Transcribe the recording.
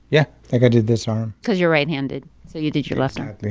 yeah. like i did this arm because you're right handed, so you did you left arm?